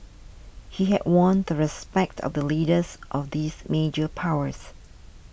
he had won the respect of the leaders of these major powers